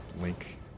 link